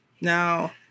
Now